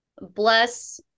bless